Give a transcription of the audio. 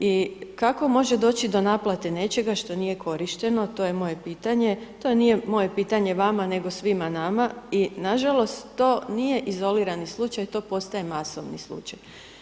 I kako može doći do naplate nečega što nije korišteno, to je moje pitanje, to nije moje pitanje vama, nego svima nama i nažalost, to nije izolirani slučaj, to postaje masovni slučaj.